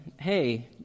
hey